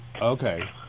Okay